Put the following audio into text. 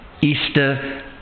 Easter